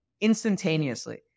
instantaneously